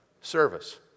service